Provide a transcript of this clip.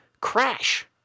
crash